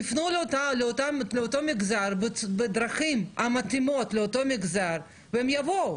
תפנו לאותו מגזר בדרכים המתאימות לאותו מגזר והם יבואו,